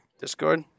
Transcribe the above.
Discord